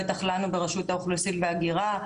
בטח לנו ברשות האוכלוסין וההגירה,